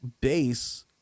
Base